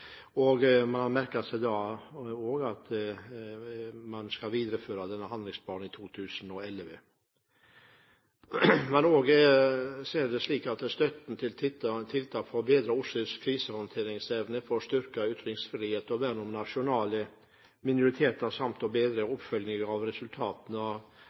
Man har også merket seg at man skal videreføre denne handlingsplanen i 2011. Jeg ser det slik at støtten til tiltak for å bedre OSSEs krisehåndteringsevne for å styrke ytringsfrihet og vern om nasjonale minoriteter samt å bedre oppfølgingen av resultatene